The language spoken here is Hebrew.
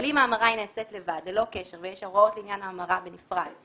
אבל אם ההמרה נעשית לבד ללא קשר ויש הוראות לעניין ההמרה בנפרד,